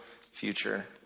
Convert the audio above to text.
future